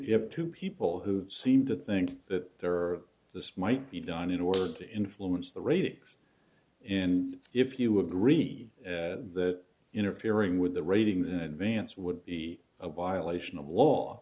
to have two people who seem to think that there are this might be done in order to influence the ratings in if you agree that interfering with the ratings in advance would be a violation of law